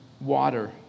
water